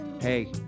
Hey